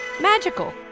Magical